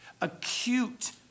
acute